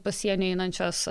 pasieniu einančios